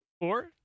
Four